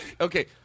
Okay